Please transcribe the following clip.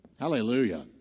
Hallelujah